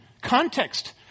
Context